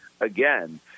again